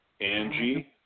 Angie